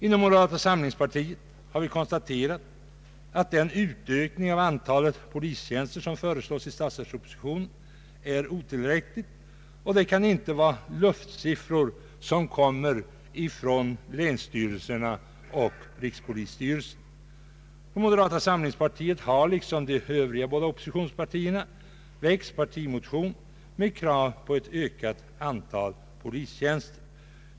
Inom moderata samlingspartiet har vi konstaterat att den utökning av antalet polistjänster som föreslås i statsverkspropositionen är otillräcklig. Det kan inte vara luftsiffror som kommer från länsstyrelserna och från rikspolisstyrelsen. Moderata samlingspartiet har liksom de övriga båda oppositionspartierna väckt partimotion med krav på ett ökat antal polistjänster.